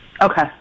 Okay